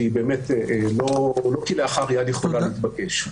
שלא כלאחר יד יכולה להתבקש.